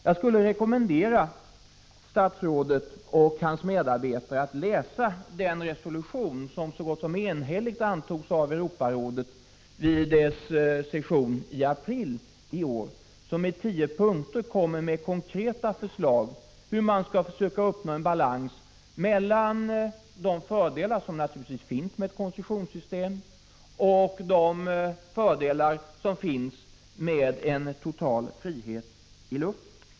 Jag skulle rekommendera statsrådet och hans medarbetare att läsa den resolution som så gott som enhälligt antogs av Europarådet vid dess session i april i år och som i tio punkter kommer med konkreta förslag till hur man skall försöka uppnå en balans mellan de fördelar som naturligtvis finns med ett koncessionssystem och de fördelar som finns med en total frihet i luften.